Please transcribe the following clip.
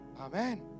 Amen